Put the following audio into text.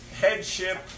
headship